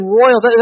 royal